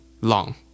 long